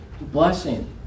blessing